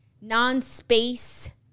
non-space